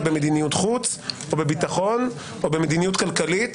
במדיניות חוץ או בביטחון או במדיניות כלכלית,